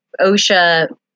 OSHA